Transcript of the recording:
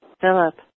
Philip